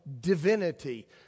divinity